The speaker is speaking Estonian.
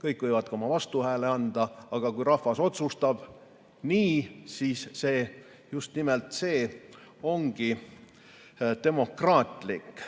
kõik võivad ka oma vastuhääle anda, aga kui rahvas otsustab nii, siis see, just nimelt see ongi demokraatlik.